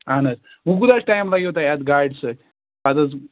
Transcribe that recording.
اَہن حظ وۄنۍ کوٗتاہ حظ ٹایم لگیو تۄہہِ اَتھ گاڑِ سۭتۍ اَدٕ حظ